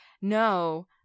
no